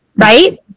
right